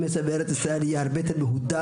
עם ישראל וארץ ישראל יהיה הרבה יותר מהודק,